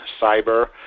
cyber